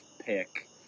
pick